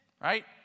right